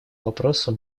вопросу